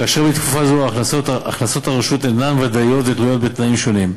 כאשר בתקופה זו הכנסות הרשות אינן ודאיות ותלויות בתנאים שונים.